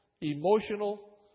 emotional